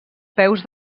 peus